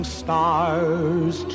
stars